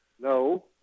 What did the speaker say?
No